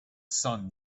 sun